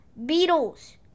Beatles